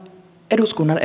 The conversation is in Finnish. eduskunnan